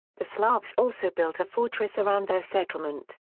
the slavs also built a fortress around their settlement.